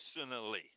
personally